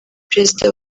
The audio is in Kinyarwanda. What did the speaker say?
perezida